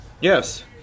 Yes